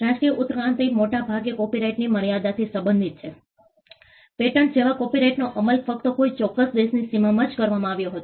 રાષ્ટ્રીય ઉત્ક્રાંતિ મોટા ભાગે કોપિરાઇટની મર્યાદાથી સંબંધિત છે પેટન્ટ જેવા કોપિરાઇટનો અમલ ફક્ત કોઈ ચોક્કસ દેશની સીમામાં જ કરવામાં આવ્યો હતો